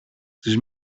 τις